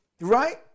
Right